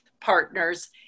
partners